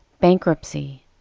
bankruptcy